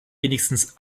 wenigstens